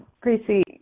Gracie